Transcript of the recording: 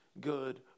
Good